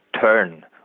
turn